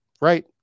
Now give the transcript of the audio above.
right